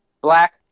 black